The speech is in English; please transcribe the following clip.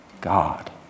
God